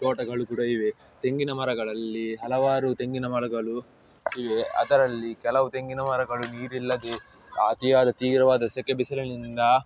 ತೋಟಗಳು ಕೂಡ ಇವೆ ತೆಂಗಿನ ಮರಗಳಲ್ಲಿ ಹಲವಾರು ತೆಂಗಿನ ಮರಗಳು ಇವೆ ಅದರಲ್ಲಿ ಕೆಲವು ತೆಂಗಿನ ಮರಗಳು ನೀರಿಲ್ಲದೆ ಅತಿಯಾದ ತೀವ್ರವಾದ ಸೆಖೆ ಬಿಸಿಲಿನಿಂದ